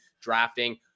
drafting